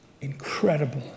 incredible